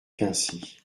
quincy